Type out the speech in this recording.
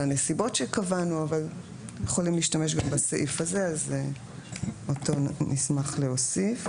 על הנסיבות שקבענו אבל יכולים להשתמש גם בסעיף הזה אותו נשמח להוסיף.